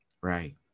Right